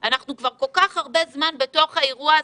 אנחנו כבר כל כך הרבה זמן בתוך האירוע הזה.